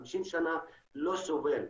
50 שנה לא סובל.